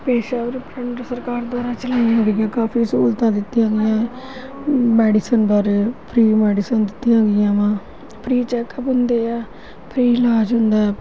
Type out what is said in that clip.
ਪੇਸ਼ਾਵਰ friend ਸਰਕਾਰ ਦੁਆਰਾ ਚਲਾਈਆਂ ਗਈਆਂ ਕਾਫੀ ਸਹੂਲਤਾਂ ਦਿੱਤੀਆਂ ਗਈਆਂ ਮੈਡੀਸਨ ਬਾਰੇ ਫਰੀ ਮੈਡੀਸਨ ਦਿੱਤੀਆਂ ਗਈਆਂ ਵਾ ਫਰੀ ਚੈਕ ਹੁੰਦੇ ਆ ਫਰੀ ਇਲਾਜ ਹੁੰਦਾ